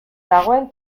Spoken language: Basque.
dagoen